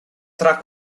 tra